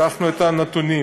לקחנו את הנתונים,